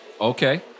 Okay